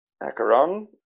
acheron